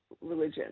religion